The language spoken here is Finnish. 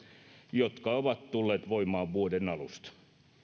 jotka ovat tulleet voimaan vuoden alusta